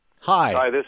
Hi